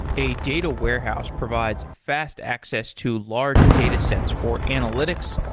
a data warehouse provides fast access to large datasets for analytics,